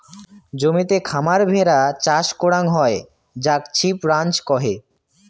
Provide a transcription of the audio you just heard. জমিতে খামার ভেড়া চাষ করাং হই যাক সিপ রাঞ্চ কহে